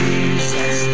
Jesus